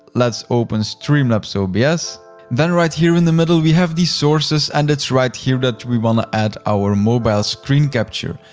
let's open streamlabs so but obs, then right here in the middle, we have the sources and it's right here that we wanna add our mobile screen capture.